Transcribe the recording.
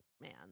man